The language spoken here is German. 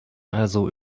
also